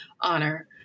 honor